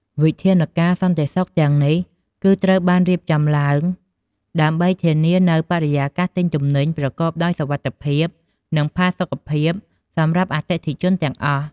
វិធានការសន្តិសុខទាំងនេះ គឺត្រូវបានរៀបចំឡើងដើម្បីធានានូវបរិយាកាសទិញទំនិញប្រកបដោយសុវត្ថិភាព និងផាសុកភាពសម្រាប់អតិថិជនទាំងអស់។